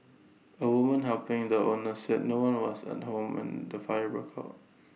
A woman helping the owners said no one was at home when the fire broke out